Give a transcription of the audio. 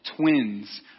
twins